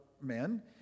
men